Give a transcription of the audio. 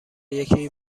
یکی